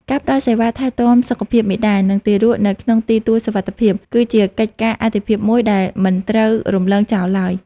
ការផ្តល់សេវាថែទាំសុខភាពមាតា និងទារកនៅក្នុងទីទួលសុវត្ថិភាព គឺជាកិច្ចការអាទិភាពមួយដែលមិនត្រូវរំលងចោលឡើយ។